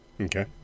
Okay